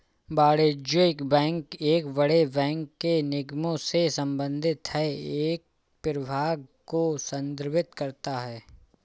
वाणिज्यिक बैंक एक बड़े बैंक के निगमों से संबंधित है एक प्रभाग को संदर्भित करता है